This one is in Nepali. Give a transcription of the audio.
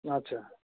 अच्छा